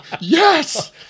Yes